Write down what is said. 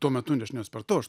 tuo metu aš nesupratau aš